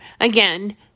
Again